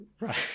right